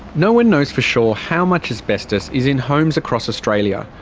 no one knows for sure how much asbestos is in homes across australia.